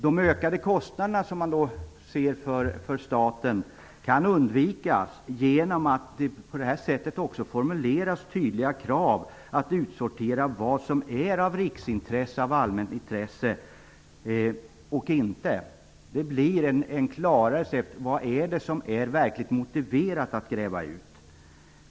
De ökade kostnaderna som man då ser för staten kan undvikas genom att det också formuleras tydliga krav på att utsortera vad som är av riksintresse, av allmänt intresse, och vad som inte är det. Det blir på det sättet klarare: Vad är det som är verkligt motiverat att gräva ut?